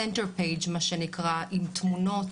סנג'ר פייג' עם תמונות,